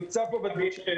שנמצא פה בדיון,